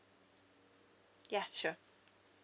ya sure